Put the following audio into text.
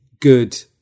good